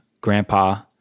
grandpa